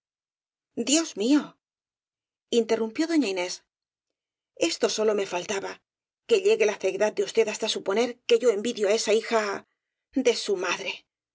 dios mío interrumpió doña inés esto sólo me faltaba que llegue la ceguedad de usted hasta suponer que yo envidio á esa hija de su madre